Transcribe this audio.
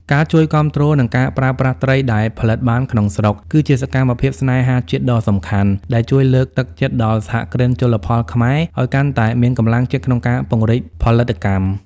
ការជួយគាំទ្រ និងការប្រើប្រាស់ត្រីដែលផលិតបានក្នុងស្រុក គឺជាសកម្មភាពស្នេហាជាតិដ៏សំខាន់ ដែលជួយលើកទឹកចិត្តដល់សហគ្រិនជលផលខ្មែរឱ្យកាន់តែមានកម្លាំងចិត្តក្នុងការពង្រីកផលិតកម្ម។